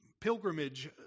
pilgrimage